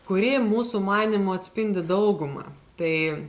kuri mūsų manymu atspindi daugumą tai